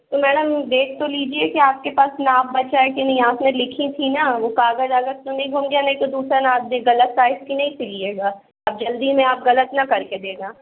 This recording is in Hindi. तो मैडम देख तो लीजिए की आपके पास नाप बचा है कि नहीं आपने लिखी थी ना वो कागज़ वागज़ तो नहीं गुम गया नहीं तो दूसरा नाप दें गलत साइज की नहीं सीलिएगा अब जल्दी में आप गलत ना करके देना